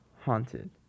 haunted